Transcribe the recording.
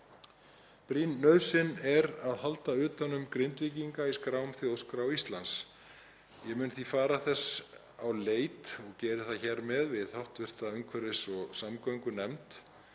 Brýn nauðsyn er að halda utan um Grindvíkinga í skrám Þjóðskrá Íslands. Ég mun því fara þess leit, og geri það hér með, við hv. umhverfis- og samgöngunefnd,